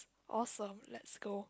awesome let's go